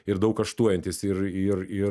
ir daug kaštuojantis ir ir ir